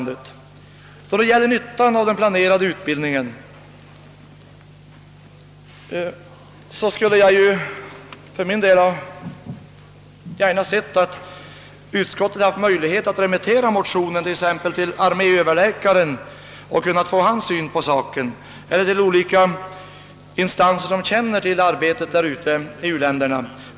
Då det gäller nyttan av den planerade utbildningen skulle jag för min del gärna ha sett att utskottet kunnat remittera motionen till exempelvis arméöverläkaren och inhämtat hans syn på saken eller till olika instanser som känner till arbetet i u-länderna.